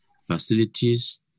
facilities